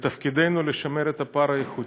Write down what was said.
ותפקידנו לשמר את הפער האיכותי.